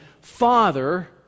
Father